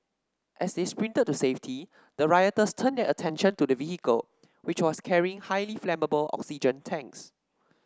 as they sprinted to safety the rioters turned their attention to the vehicle which was carrying highly flammable oxygen tanks